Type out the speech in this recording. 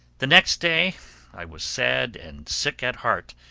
the next day i was sad and sick at heart,